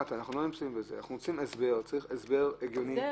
אנחנו רוצים הסבר הגיוני.